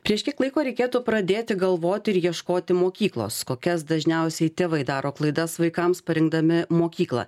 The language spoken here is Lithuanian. prieš kiek laiko reikėtų pradėti galvoti ir ieškoti mokyklos kokias dažniausiai tėvai daro klaidas vaikams parinkdami mokyklą